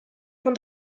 von